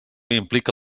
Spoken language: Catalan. implica